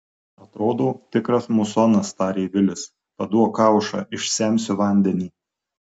atrodo tikras musonas tarė vilis paduok kaušą išsemsiu vandenį